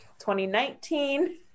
2019